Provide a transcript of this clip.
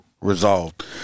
resolved